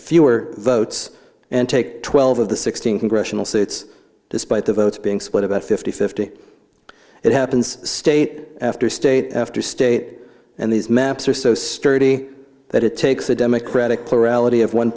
fewer votes and take twelve of the sixteen congressional seats despite the votes being split about fifty fifty it happens state after state after state and these maps are so sturdy that it takes a democratic